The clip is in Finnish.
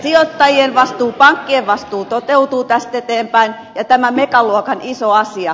sijoittajien vastuu pankkien vastuu toteutuu tästä eteenpäin ja tämä megaluokan iso asia